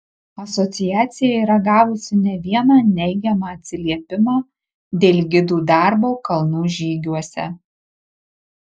asociacija yra gavusi ne vieną neigiamą atsiliepimą dėl gidų darbo kalnų žygiuose